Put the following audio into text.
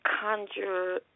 conjure